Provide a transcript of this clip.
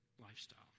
lifestyle